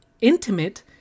intimate